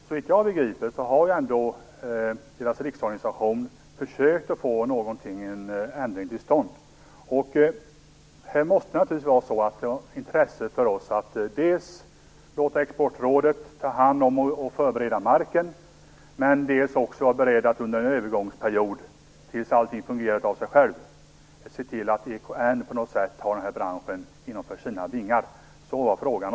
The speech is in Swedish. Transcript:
Såvitt jag begriper, har ändå deras riksorganisation försökt få en ändring till stånd. Här måste det naturligtvis vara av intresse för oss att dels låta Exportrådet ta hand om och förbereda marken, dels vara beredda att under en övergångsperiod, tills allting fungerar av sig självt, se till att EKN tar den här branschen under sina vingar. Det var frågan.